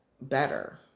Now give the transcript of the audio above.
better